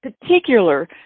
particular